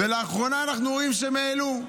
ולאחרונה אנחנו רואים שהם העלו,